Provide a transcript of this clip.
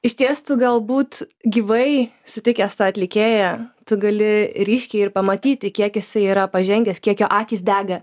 išties tu galbūt gyvai sutikęs tą atlikėją tu gali ryškiai ir pamatyti kiek jisai yra pažengęs kiek jo akys dega